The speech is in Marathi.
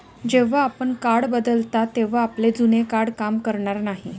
जेव्हा आपण कार्ड बदलता तेव्हा आपले जुने कार्ड काम करणार नाही